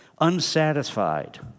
unsatisfied